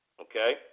okay